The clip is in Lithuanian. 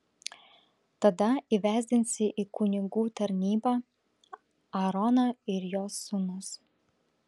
tada įvesdinsi į kunigų tarnybą aaroną ir jo sūnus